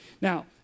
Now